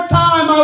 time